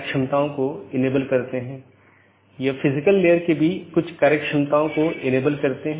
1 open message दो सहकर्मी nodes के बीच एक BGP सत्र स्थापित करता है